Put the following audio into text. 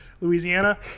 Louisiana